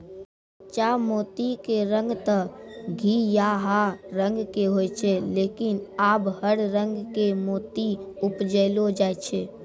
सच्चा मोती के रंग तॅ घीयाहा रंग के होय छै लेकिन आबॅ हर रंग के मोती उपजैलो जाय छै